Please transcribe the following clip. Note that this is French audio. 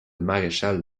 maréchal